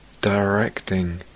directing